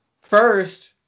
First